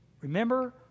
Remember